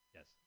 Yes